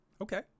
Okay